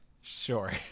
sure